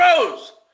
Rose